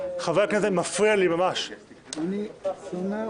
והדיון הזה צריך להיות דיון